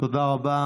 תודה רבה.